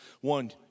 One